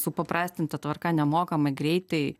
supaprastinta tvarka nemokamai greitai